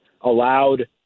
allowed